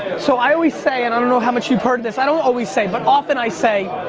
so, i always say and i don't know how much you've heard this i don't always say, but often i say